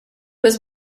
was